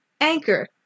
Anchor